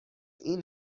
این